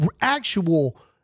actual